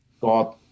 God